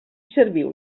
serviu